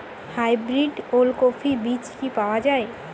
Hybrid ওলকফি বীজ কি পাওয়া য়ায়?